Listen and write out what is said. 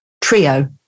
trio